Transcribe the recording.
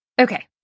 Okay